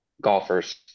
golfers